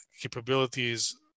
capabilities